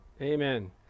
Amen